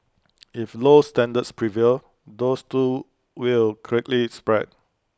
if low standards prevail those too will quickly spread